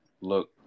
look